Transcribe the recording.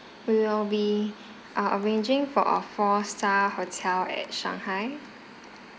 we will be uh arranging for a four star hotel at shanghai